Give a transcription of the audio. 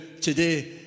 today